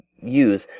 use